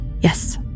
Yes